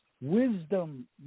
Wisdom